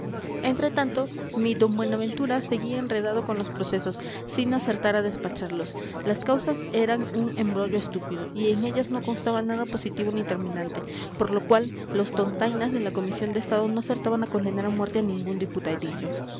entre tanto mi d buenaventura seguía enredado con los procesos sin acertar a despacharlos las causas eran un embrollo estúpido y en ellas no constaba nada positivo ni terminante por lo cual los tontainas de la comisión de estado no acertaban a condenar a muerte a ningún diputadillo